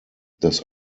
dass